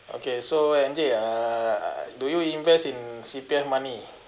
okay so andy uh do you invest in C_P_F money